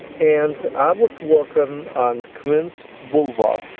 and i was walking on quinn's boulevard.